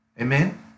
Amen